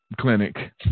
clinic